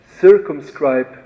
circumscribe